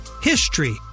HISTORY